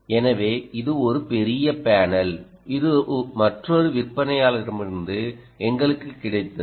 எனவே இது ஒரு பெரிய பேனல் இது மற்றொரு விற்பனையாளரிடமிருந்து எங்களுக்கு கிடைத்தது